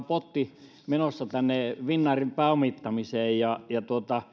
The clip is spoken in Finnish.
potti menossa tänne finnairin pääomittamiseen ja ja